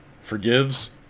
forgives